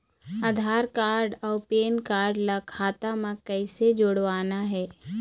आधार card अऊ PAN card ला खाता म कइसे जोड़वाना हे?